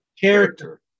character